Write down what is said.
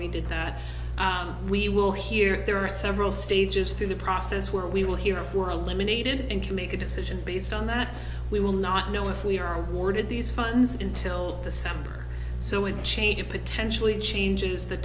we did that we will hear there are several stages through the process where we will hear for a lemonade and can make a decision based on that we will not know if we are awarded these funds in till december so in change of potentially changes the